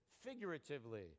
Figuratively